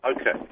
Okay